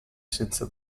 senza